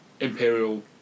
Imperial